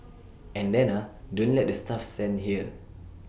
and then ah don't let the staff stand here